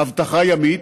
אבטחה ימית,